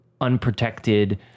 unprotected